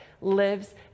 lives